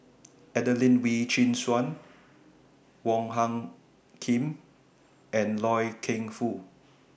Adelene Wee Chin Suan Wong Hung Khim and Loy Keng Foo